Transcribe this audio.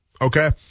okay